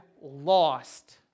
lost